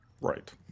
Right